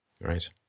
Right